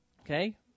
okay